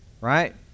Right